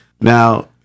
Now